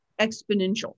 exponential